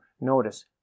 Notice